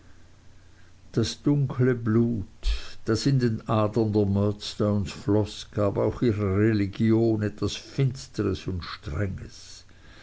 das dunkle blut das in den adern der murdstones floß gab auch ihrer religion etwas finsteres und strenges